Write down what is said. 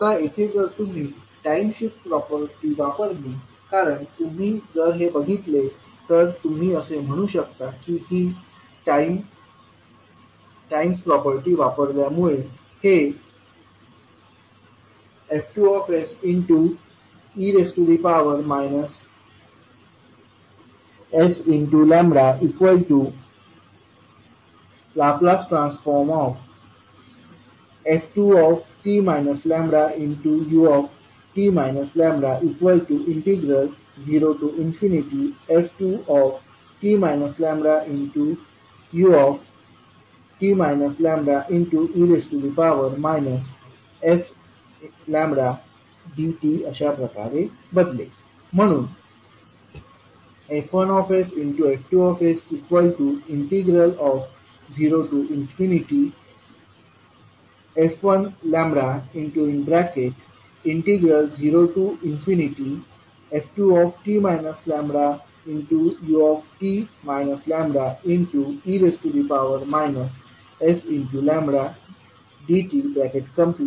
आता येथे जर तुम्ही टाईम शिफ्ट प्रॉपर्टी वापरली कारण तुम्ही जर हे बघितले तर तुम्ही असे म्हणू शकता की ही टाइम्स प्रॉपर्टी वापरल्या मुळे हे F2se sλLf2t λut λ0f2t λut λe sλdt अशाप्रकारे बदलेल म्हणून F1sF2s0f1λ0f2t λut λe sλdtdλ हे असे असेल